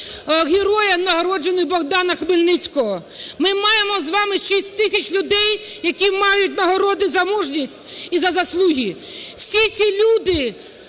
героя нагороджених "Богдана Хмельницького". Ми маємо з вами 6 тисяч людей, які мають нагороди "За мужність" і "За заслуги". Всі ці люди